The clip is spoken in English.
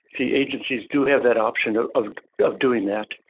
the agencies do have that option of of doing that.